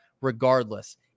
regardless